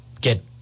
get